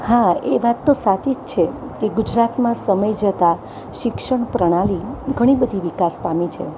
હા એ વાત તો સાચી જ છે કે ગુજરાતમાં સમય જતાં શિક્ષણ પ્રણાલી ઘણી બધી વિકાસ પામી છે